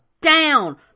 down